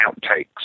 outtakes